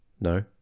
no